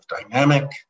dynamic